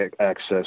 access